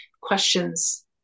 questions